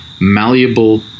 malleable